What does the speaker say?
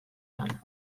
lana